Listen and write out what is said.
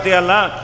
allah